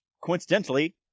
coincidentally